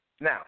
Now